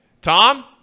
Tom